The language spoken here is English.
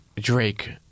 Drake